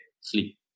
sleep